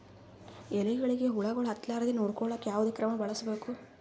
ಎಲೆಗಳಿಗ ಹುಳಾಗಳು ಹತಲಾರದೆ ನೊಡಕೊಳುಕ ಯಾವದ ಕ್ರಮ ಬಳಸಬೇಕು?